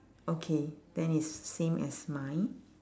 okay then it's same as mine